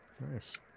nice